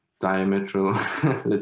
diametral